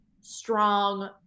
strong